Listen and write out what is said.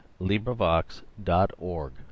LibriVox.org